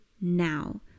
now